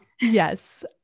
Yes